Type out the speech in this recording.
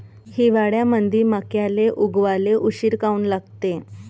हिवाळ्यामंदी मक्याले उगवाले उशीर काऊन लागते?